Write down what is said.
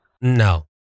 No